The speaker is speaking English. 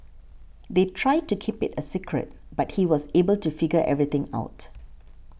they tried to keep it a secret but he was able to figure everything out